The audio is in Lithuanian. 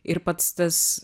ir pats tas